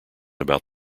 about